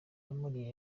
yamuriye